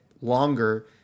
longer